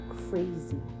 crazy